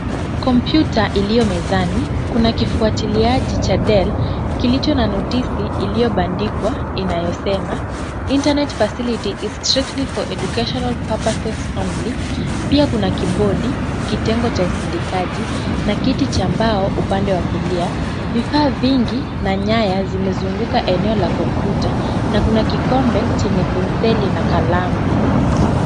Kompyuta iliyo mezani, kuna kifuatiliaji cha Dell kilicho na notisi iliyobandikwa inayosema, Internet facility is strictly for educational purposes only . Pia kuna kibodi, kitengo cha usindikaji na kiti cha mbao upande wa kulia. Vifaa vingi na nyaya zimezunguka eneo la kompyuta na kuna kikombe chenye penseli na kalamu.